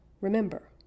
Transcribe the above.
Remember